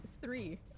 three